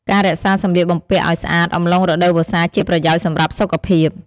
ការរក្សាសម្លៀកបំពាក់អោយស្អាតអំឡុងរដូវវស្សាជាប្រយោជន៍សម្រាប់សុខភាព។